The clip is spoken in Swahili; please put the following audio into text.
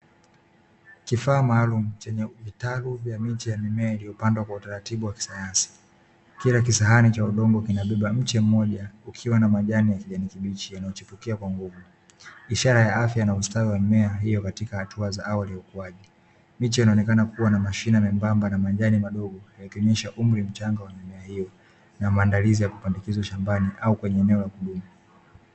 Kifaa maalumu chenye vitalu vya miche ya mimea iliyopandwa kwa utaratibu wa kisayansi. Kila kisahani cha udongo kinabeba mche mmoja ukiwa na majani ya kijani kibichi yanayochipukia kwa nguvu, ishara ya afya na ustawi wa mimea hiyo katika hatua za awali wa ukuaji. Miche inaonekana kuwa na mashina membamba na majani madogo, yakionyesha umri mchanga wa mimea hiyo na maandalizi ya kupandikiza shambani au kwenye eneo la huduma.